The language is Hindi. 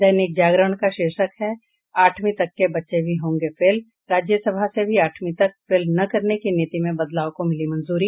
दैनिक जागरण का शीर्षक है आठवीं तक के बच्चे भी होंगे फेल राज्यसभा से भी आठवीं तक फेल न करने की नीति में बदलाव को मिली मंजूरी